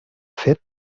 fet